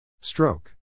Stroke